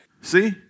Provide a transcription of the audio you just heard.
See